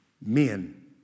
Men